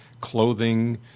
clothing